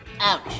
Ouch